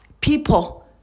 People